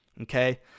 Okay